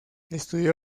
estudió